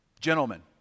gentlemen